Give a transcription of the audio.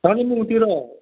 कालिम्पोङतिर